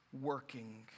working